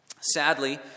Sadly